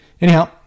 Anyhow